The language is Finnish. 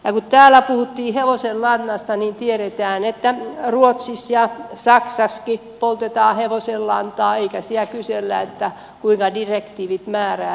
kun täällä puhuttiin hevosenlannasta niin tiedetään että ruotsissa ja saksassakin poltetaan hevosenlantaa eikä siellä kysellä kuinka direktiivit määräävät